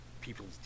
people's